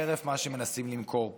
חרף מה שמנסים למכור פה.